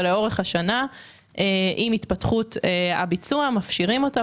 לאורך השנה עם התפתחות הביצוע מפשירים אותה.